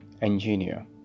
engineer